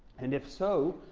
and if so,